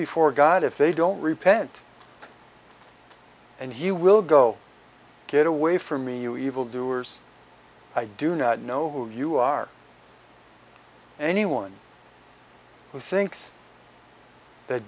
before god if they don't repent and he will go get away from me you evil doers i do not know who you are anyone who thinks that